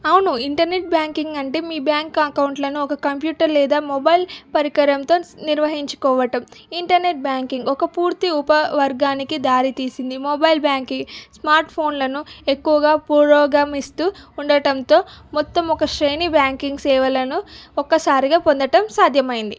అవును internet banking అంటే మీ బ్యాంక్ అకౌంట్లను ఒక కంప్యూటర్ లేదా మొబైల్ పరికరంతో నిర్వహించుకోవటం ఇంటర్నెట్ బ్యాంకింగ్ ఒక పూర్తి ఉపవర్గానికి దారితీసింది మొబైల్ బ్యాంకింగ్ స్మార్ట్ ఫోన్లను ఎక్కువగా పురోగమిస్తూ ఉండటంతో మొత్తం ఒక శ్రేణి బ్యాంకింగ్ సేవలను ఒక్కసారిగా పొందటం సాధ్యమైంది